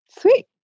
Sweet